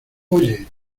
oye